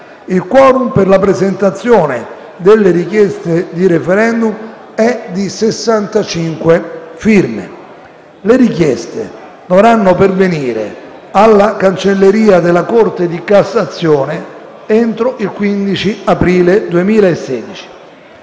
Il *quorum* per la presentazione delle richieste di *referendum* è di 65 firme. Le richieste dovranno pervenire alla Cancelleria della Corte di cassazione entro il 15 aprile 2016.